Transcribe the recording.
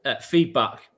feedback